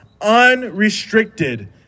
unrestricted